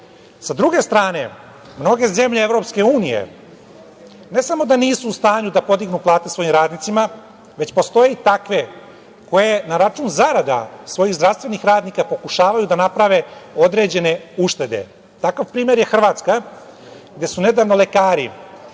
druge strane, mnoge zemlje EU, ne samo da nisu u stanju da podignu plate svojim radnicima, već postoje takve koje na račun zarada svojih zdravstvenih radnika pokušavaju da naprave određene uštede. Takav primer je Hrvatska, gde su nedavno lekari